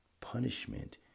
Punishment